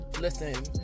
Listen